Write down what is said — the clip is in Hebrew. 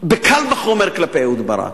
בקל וחומר כלפי אהוד ברק.